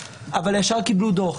אבל ישר קיבלו דוח.